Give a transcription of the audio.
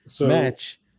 match